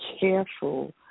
careful